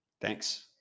Thanks